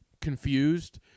confused